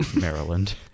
Maryland